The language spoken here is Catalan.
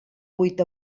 vuit